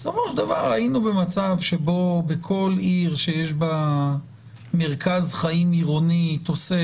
בסופו של דבר היינו במצב בו בכל עיר שיש בה מרכז חיים עירוני תוסס.